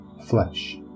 flesh